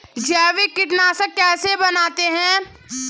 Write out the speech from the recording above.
जैविक कीटनाशक कैसे बनाते हैं?